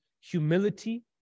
humility